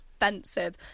offensive